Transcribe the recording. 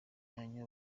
myanya